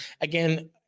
again